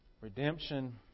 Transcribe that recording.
Redemption